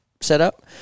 setup